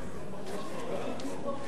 הוא אחרון?